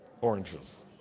Oranges